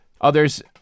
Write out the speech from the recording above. Others